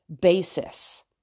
basis